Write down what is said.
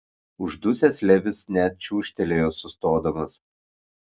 uždusęs levis net čiūžtelėjo sustodamas